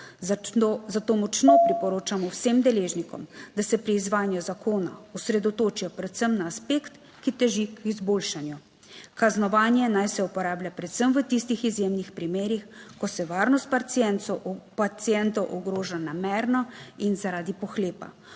Zato močno priporočamo vsem deležnikom, da se pri izvajanju zakona osredotočijo predvsem na aspekt, ki teži k izboljšanju. Kaznovanje naj se uporablja predvsem v tistih izjemnih primerih, ko se varnost pacientov, pacientov ogroža namerno in zaradi pohlepa.